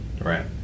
right